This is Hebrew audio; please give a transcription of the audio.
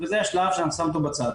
וזה השלב שאני שם בצד.